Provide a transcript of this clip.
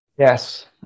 Yes